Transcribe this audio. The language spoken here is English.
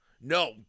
No